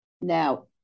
Now